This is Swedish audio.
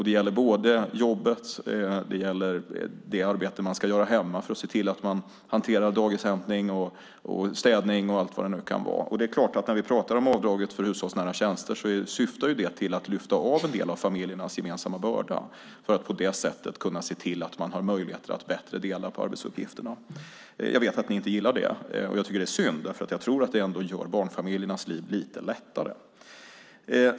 Det gäller både jobbet, dagishämtning, städning och vad det nu kan vara. När vi pratar om avdraget för hushållsnära tjänster syftar det ju till att lyfta av en del av familjernas gemensamma börda för att på det sättet se till att man har möjligheter att bättre dela på arbetsuppgifterna. Jag vet att ni inte gillar detta, och jag tycker att det är synd, för jag tror att det ändå gör barnfamiljernas liv lite lättare.